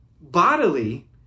bodily